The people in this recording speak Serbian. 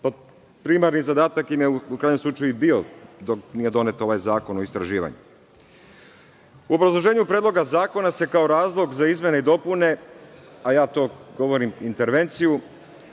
Primarni zadatak im je, u krajnjem slučaju, i bio dok nije donet ovaj Zakon o istraživanju.U obrazloženju Predloga zakona se kao razlog za izmene i dopune, a ja to govorim intervenciju,